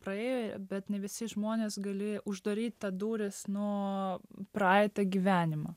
praėjo bet ne visi žmonės gali uždaryt tą duris nuo praeitą gyvenimą